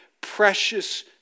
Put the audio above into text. precious